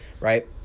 right